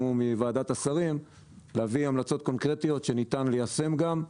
מוועדת השרים להביא המלצות קונקרטיות שניתן ליישם גם,